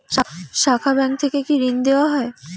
শাখা ব্যাংক থেকে কি ঋণ দেওয়া হয়?